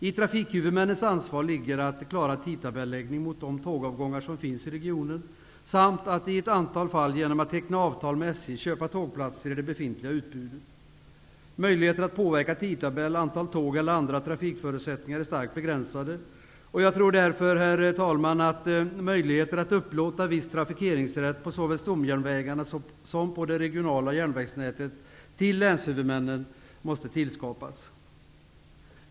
I trafikhuvudmännens ansvar ligger att klara tidtabelläggning mot de tågavgångar som finns i regionen samt att i ett antal fall genom att teckna avtal med SJ köpa tågplatser i det befintliga utbudet. Möjligheter att påverka tidtabell och antal tåg eller andra trafikförutsättningar är starkt begränsade. Jag tror därför, herr talman, att möjligheter att upplåta viss trafikeringsrätt på såväl stomjärnvägarna som det regionala järnvägsnätet till länshuvudmännen måste tillskapas.